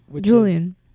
Julian